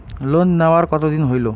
Loan নেওয়ার কতদিন হইল?